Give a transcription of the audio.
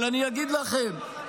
אבל אני אגיד לכם,